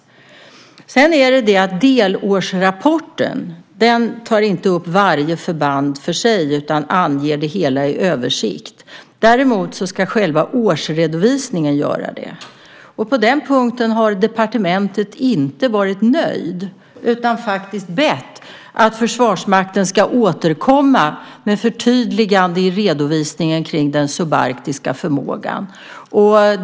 Men i delårsrapporten tas inte varje förband för sig upp, utan där anges det hela översiktligt. Däremot ska det göras i själva årsredovisningen. På den punkten har man i departementet inte varit nöjd, utan man har faktisk bett Försvarsmakten att återkomma med ett förtydligande i redovisningen kring den subarktiska förmågan.